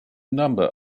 number